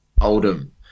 Oldham